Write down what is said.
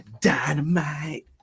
dynamite